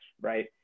right